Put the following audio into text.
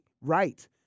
right